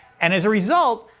and as a result,